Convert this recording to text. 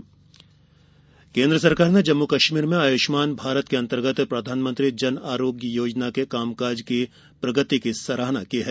जम्मू कश्मीर आयुष्मान केन्द्र सरकार ने जम्मु कश्मीर में आयुष्मान भारत के अंतर्गत प्रधानमंत्री जन आरोग्य योजना के कामकाज की प्रगति की सराहना की है